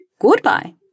Goodbye